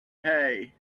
hay